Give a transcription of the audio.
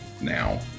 now